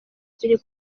ziri